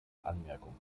anmerkung